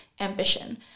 ambition